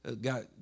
got